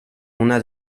una